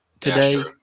today